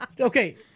Okay